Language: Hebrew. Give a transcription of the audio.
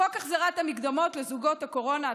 חוק החזרת המקדמות לזוגות הקורונה,